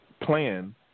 plan